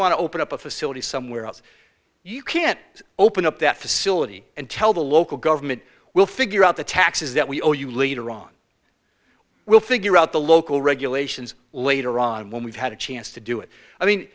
want to open up a facility somewhere else you can't open up that facility and tell the local government we'll figure out the taxes that we owe you later on we'll figure out the local regulations later on when we've had a chance to do it i mean